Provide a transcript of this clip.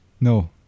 no